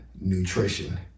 nutrition